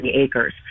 acres